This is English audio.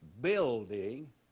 building